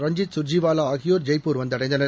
ரஞ்சித் சுர்ஜிவாலா ஆகியோர் ஜெய்பூர் வந்தடைந்தனர்